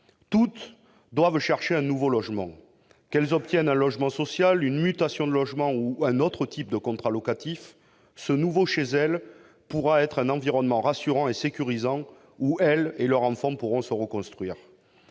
Toutes doivent chercher un nouveau logement. Qu'elles obtiennent un logement social, une mutation de logement ou un autre type de contrat locatif, ce nouveau « chez elles » pourra être un environnement rassurant et sécurisant où elles et leurs enfants pourront se reconstruire.